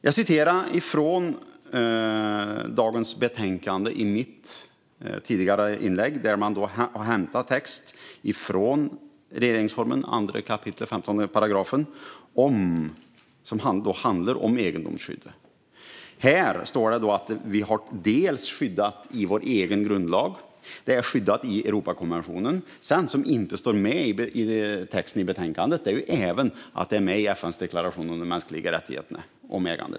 Jag citerade i mitt tidigare inlägg från betänkandet där man har hämtat text från regeringsformens 2 kap. 15 § om egendomsskyddet. Det står i betänkandet att äganderätten är skyddad i vår egen grundlag och att den är skyddad i Europakonventionen. Men det som inte står med i texten i betänkandet är att äganderätten även finns med i FN:s deklaration om de mänskliga rättigheterna.